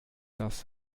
das